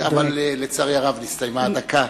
אבל לצערי הרב נסתיימה הדקה.